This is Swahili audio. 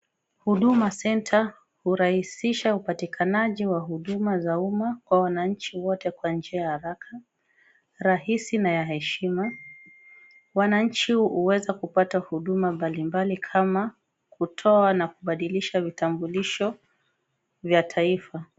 Huduma centre kurahisisha upatikanaji wa huduma za umma kwa wananchi wote kwa njia ya haraka ,rahisi na heshima. mwananchi huweza kupata huduma mbalimbali kama kutoa na kubadilisha vitambulisho vya taifa.